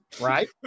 Right